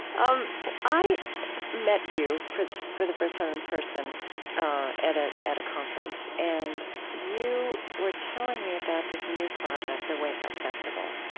um i met you for the for the first time in person ah at at a conference, and you were telling me about this new project, the wake up festival.